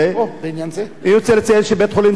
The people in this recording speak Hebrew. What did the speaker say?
אני רוצה לציין שבית-חולים "סורוקה",